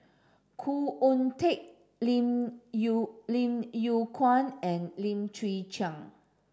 Khoo Oon Teik Lim Yew Lim Yew Kuan and Lim Chwee Chian